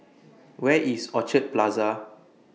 Where IS Orchid Plaza